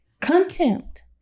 contempt